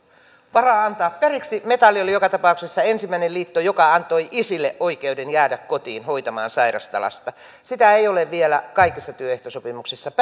varaa antaa periksi metalli oli joka tapauksessa ensimmäinen liitto joka antoi isille oikeuden jäädä kotiin hoitamaan sairasta lasta sitä ei ole vielä kaikissa työehtosopimuksissa